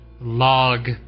log